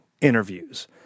interviews